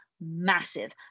massive